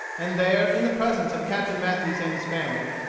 and there, in the presence of captain mathews and his family,